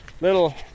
little